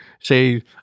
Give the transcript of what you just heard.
say